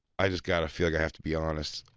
i just gotta feel like i have to be honest.